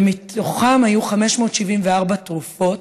ומתוכן היו 574 תרופות.